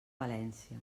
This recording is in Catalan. valència